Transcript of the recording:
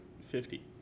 fifty